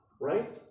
right